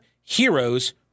heroes